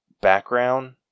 background